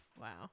Wow